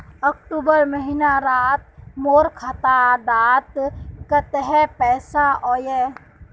अक्टूबर महीनात मोर खाता डात कत्ते पैसा अहिये?